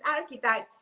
archetype